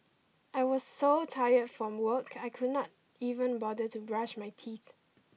I was so tired from work I could not even bother to brush my teeth